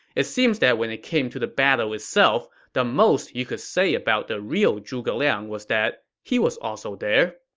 it seems that when it came to the battle itself, the most you could say about the real zhuge liang was that he was also there,